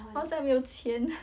现在没有钱